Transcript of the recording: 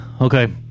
Okay